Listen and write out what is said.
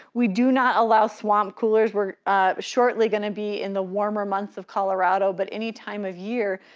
we do not allow swamp coolers, we're shortly gonna be in the warmer months of colorado, but any time of year,